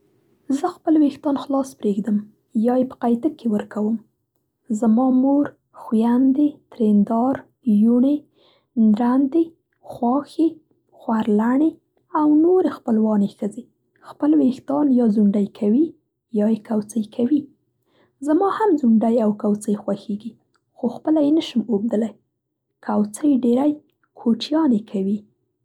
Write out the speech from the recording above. زه خپل وېښتان خلاص پرېږدم یا یې په قیتک کې ورکوم. زما مور، خویندې، ترېندار، یوڼې، نندرنې، خواښې، خورلڼې او نورې خپلوانې ښځې خپل وېښتان یا ځونډی کوي یا یې کوڅۍ کوي. زما هم ځونډی او کوڅۍ خوښېږي خو خپله یې نه شم اوبدلی. کوڅۍ ډېری کوچیانې کوي.